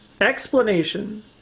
Explanation